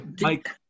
Mike